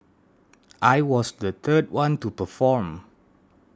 I was the third one to perform